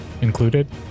included